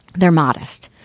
they're modest.